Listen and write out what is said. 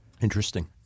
Interesting